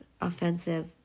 offensive